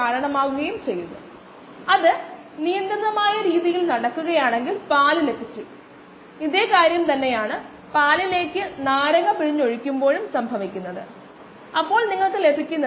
ചില പോയിൻറുകൾ അകലത്തിലാണുള്ളത് എന്നാൽ നമ്മൾ പ്രവർത്തിക്കേണ്ട ഡാറ്റയാണിത് അതിനാൽ ഡാറ്റാ ഉപയോഗിച്ച് നമുക്ക് പരമാവധി ചെയ്യാൻ കഴിയുന്നത് ചെയ്യണം